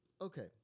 okay